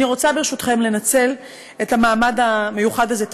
אני רוצה ברשותכם לנצל את המעמד המיוחד הזה,